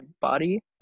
body